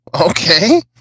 Okay